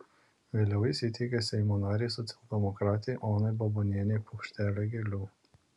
vėliau jis įteikė seimo narei socialdemokratei onai babonienei puokštelę gėlių